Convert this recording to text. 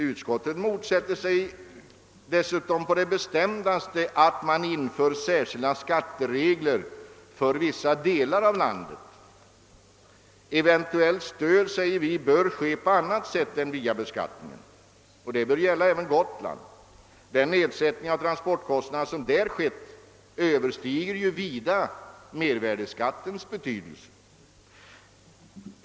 Utskottet motsätter sig dessutom på det bestämmdaste att man inför särskilda skatteregler för vissa delar av landet. Eventuellt stöd menar vi bör utgå på annat sätt än via beskattningen, och det bör gälla även för Gotland. Den nedsättning av transportkostnaderna som där skett överstiger ju vida den effekt som mervärdeskatten har.